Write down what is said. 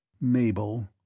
Mabel